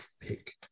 pick